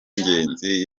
y’ingenzi